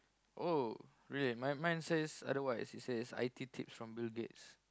oh really mine mine says otherwise it says I_T tips from Bill-Gates